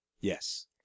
Yes